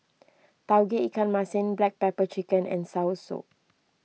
Tauge Ikan Masin Black Pepper Chicken and Soursop